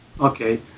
Okay